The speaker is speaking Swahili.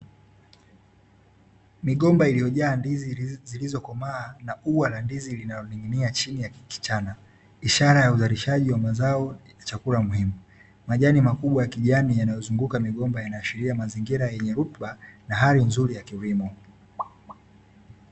Migomba iliyojaa ndizi zilizokomaa, na ua la ndizi linaloning’inia chini ya kichana, ishara ya uzalishaji wa mazao ya chakula muhimu. Majani makubwa ya kijani yanayozunguka migomba, yanaashiria mazingira yenye rutuba na hali nzuri ya kilimo.